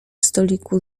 stoliku